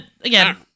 again